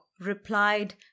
replied